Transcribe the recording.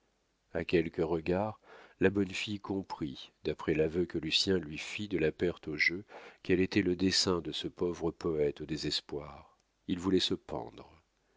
a quelques regards la bonne fille comprit d'après l'aveu que lucien lui fit de la perte au jeu quel était le dessein de ce pauvre poète au désespoir il voulait se pendre